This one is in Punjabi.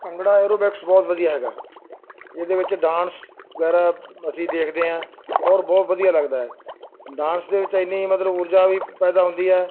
ਭੰਗੜਾ ਆਰੋਬਿਕਸ ਬਹੁਤ ਵਧੀਆ ਹੈਗਾ ਇਹਦੇ ਵਿੱਚ ਡਾਂਸ ਵਗੈਰਾ ਅਸੀਂ ਦੇਖਦੇ ਹਾਂ ਹੋਰ ਬਹੁਤ ਵਧੀਆ ਲੱਗਦਾ ਡਾਂਸ ਦੇ ਵਿੱਚ ਇੰਨੀ ਮਤਲਬ ਊਰਜਾ ਵੀ ਪੈਦਾ ਹੁੰਦੀ ਹੈ